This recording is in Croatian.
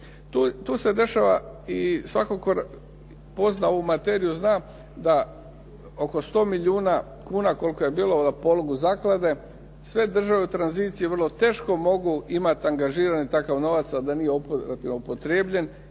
Tu se dešava i svatko tko pozna ovu materiju zna da oko 100 milijuna kuna koliko je bilo na pologu zaklade sve države u tranziciji vrlo teško mogu imati angažirani takav novac a da nije operativno